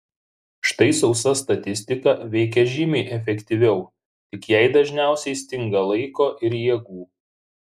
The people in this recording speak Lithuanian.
štai sausa statistika veikia žymiai efektyviau tik jai dažniausiai stinga laiko ir jėgų